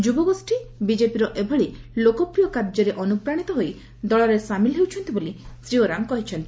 ଯୁବଗୋଷୀ ବିଜେପିର ଏଭଳି ଲୋକପ୍ରିୟ କାର୍ଯ୍ୟରେ ଅନୁପ୍ରାଶିତ ହୋଇ ଦଳରେ ସାମିଲ ହେଉଛନ୍ତି ବୋଲି ଶ୍ରୀ ଓରାମ କହିଛନ୍ତି